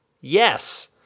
yes